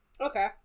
Okay